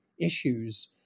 issues